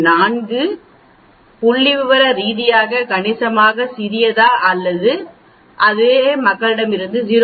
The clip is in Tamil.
4 புள்ளிவிவர ரீதியாக கணிசமாக சிறியதா அல்லது அதே மக்களிடமிருந்து 0